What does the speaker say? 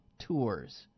tours